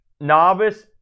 novice